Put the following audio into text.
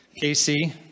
Casey